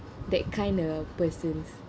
that kind of persons